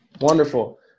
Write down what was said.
Wonderful